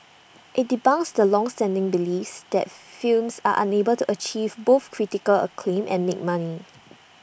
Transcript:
IT debunks the longstanding beliefs that films are unable to achieve both critical acclaim and make money